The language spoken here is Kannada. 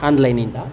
ಆನ್ಲೈನಿಂದ